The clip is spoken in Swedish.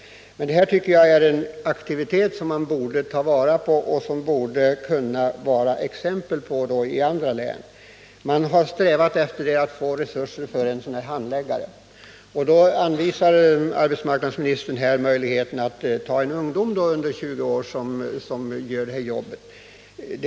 Detta är en aktivitet som man borde ta vara på och som borde kunna stå som ett exempel för andra län. Man har eftersträvat att få resurser för en handläggare på detta område. Arbetsmarknadsministern hänvisar till möjligheten att anställa en ungdom under 20 år för att göra detta arbete.